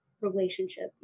relationship